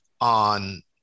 on